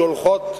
שהולכות,